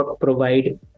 provide